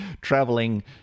traveling